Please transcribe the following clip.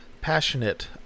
passionate